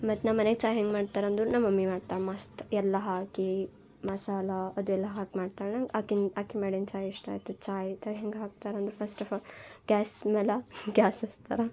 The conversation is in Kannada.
ಮತ್ತೆ ನಮ್ಮ ಮನೆ ಚಾ ಹೆಂಗೆ ಮಾಡ್ತಾರಂದ್ರು ನಮ್ಮ ಮಮ್ಮಿ ಮಾಡ್ತಾಳೆ ಮಸ್ತ್ ಎಲ್ಲ ಹಾಕಿ ಮಸಾಲೆ ಅದು ಎಲ್ಲ ಹಾಕಿ ಮಾಡ್ತಾಳೆ ನಂಗೆ ಆಕಿನ ಆಕೆ ಮಾಡಿದ ಚಾ ಇಷ್ಟ ಆಯಿತು ಚಾಯ್ ಹಿಂಗೆ ಹಾಕ್ತಾರಂದ್ರೆ ಫಸ್ಟ್ ಆಫ್ ಆಲ್ ಗ್ಯಾಸ್ ಮೇಲೆ ಗ್ಯಾಸ್ ಹಚ್ತರ